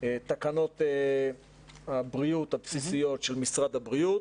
תקנות הבריאות הבסיסיות של משרד הבריאות